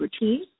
routine